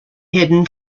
hidden